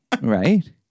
Right